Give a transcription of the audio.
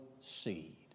seed